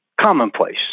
commonplace